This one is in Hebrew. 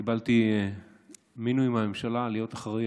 קיבלתי מינוי מהממשלה להיות אחראי